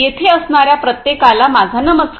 येथे असणाऱ्या प्रत्येकाला माझा नमस्कार